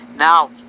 now